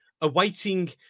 awaiting